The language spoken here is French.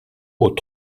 aux